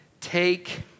take